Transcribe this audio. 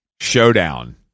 showdown